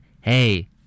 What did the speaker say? Hey